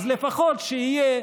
אז לפחות שיהיה,